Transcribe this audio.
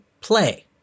play